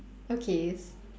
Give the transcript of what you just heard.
okay